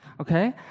Okay